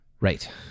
right